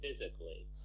physically